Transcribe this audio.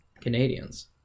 canadians